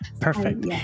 Perfect